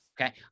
okay